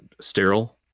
sterile